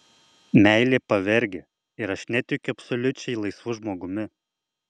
meilė pavergia ir aš netikiu absoliučiai laisvu žmogumi